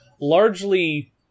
largely